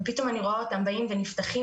פתאום אני רואה אותם באים ונפתחים,